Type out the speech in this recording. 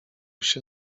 się